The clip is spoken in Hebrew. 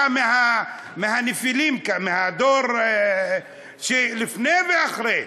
אתה מהנפילים כאן, מהדור של לפני ואחרי.